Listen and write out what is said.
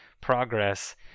progress